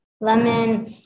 Lemon